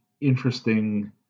interesting